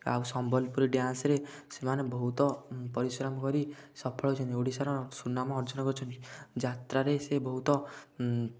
ଆଉ ସମ୍ବଲପୁରୀ ଡ୍ୟାନ୍ସ୍ରେ ସେମାନେ ବହୁତ ପରିଶ୍ରମ କରି ସଫଳ ହୋଇଛନ୍ତି ଓଡ଼ିଶାର ସୁନାମ ଅର୍ଜନ କରିଛନ୍ତି ଯାତ୍ରାରେ ସେ ବହୁତ